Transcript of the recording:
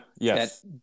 yes